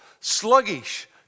sluggish